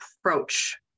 approach